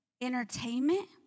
entertainment